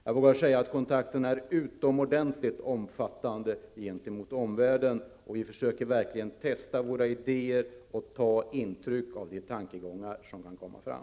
Jag vågar säga att kontakterna gentemot omvärlden är utomordentligt omfattande, och vi försöker verkligen testa våra idéer och ta intryck av de tankegångar som kan komma fram.